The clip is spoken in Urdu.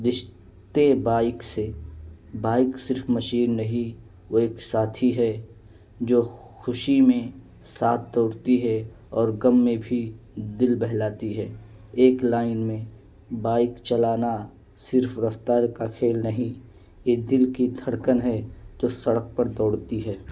دشتے بائک سے بائک صرف مشین نہیں وہ ایک ساتھی ہے جو خوشی میں ساتھ دوڑتی ہے اور غم میں بھی دل بہلاتی ہے ایک لائن میں بائک چلانا صرف رفستار کا کھیل نہیں یہ دل کی دھڑکن ہے تو سڑک پر دوڑتی ہے